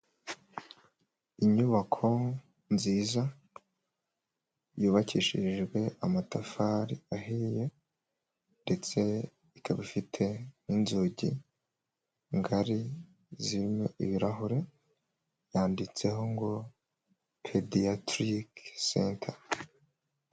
Inyubako nziza yubakishirijwe amatafari ahiye ndetse ikaba ifite n'inzugi ngari zirimo ibirahure, yanditseho ngo pediyatirike senta.